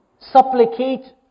Supplicate